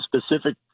specific